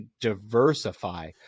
diversify